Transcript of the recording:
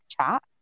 chat